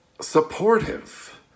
supportive